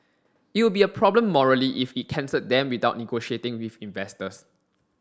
it would be a problem morally if it cancelled them without negotiating with investors